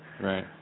Right